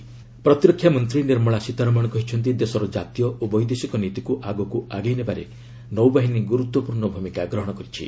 Sitharaman naval conference ପ୍ରତିରକ୍ଷା ମନ୍ତ୍ରୀ ନିର୍ମଳା ସୀତାରମଣ କହିଛନ୍ତି ଦେଶର ଜାତୀୟ ଓ ବୈଦେଶିକ ନୀତିକୁ ଆଗକୁ ଆଗେଇ ନେବାରେ ନୌବାହିନୀ ଗୁରୁତ୍ୱପୂର୍ଣ୍ଣ ଭୂମିକା ଗ୍ରହଣ କରିଛି